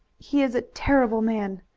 he is a terrible man!